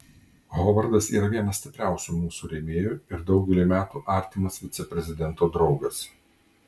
hovardas yra vienas stipriausių mūsų rėmėjų ir daugelį metų artimas viceprezidento draugas